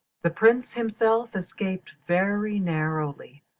the prince himself escaped very narrowly,